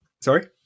Sorry